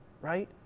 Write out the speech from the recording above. right